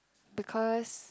because